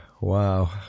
Wow